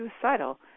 suicidal